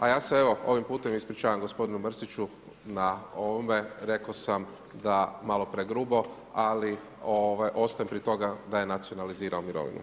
A ja se evo ovim putem ispričavam gospodinu Mrsiću na ovome, rekao sam malo pregrubo ali ostajem pri tome da je nacionalizirao mirovinu.